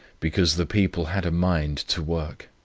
because the people had a mind to work